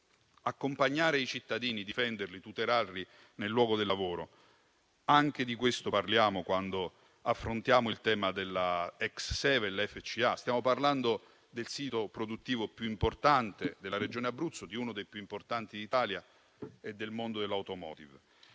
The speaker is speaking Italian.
Accompagnare i cittadini, difenderli e tutelarli sul luogo del lavoro: anche di questo parliamo quando affrontiamo il tema della ex Sevel, oggi FCA Italy. Stiamo parlando del sito produttivo più importante della Regione Abruzzo e di uno dei più importanti d'Italia e del mondo dell'*automotive*.